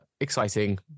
exciting